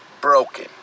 broken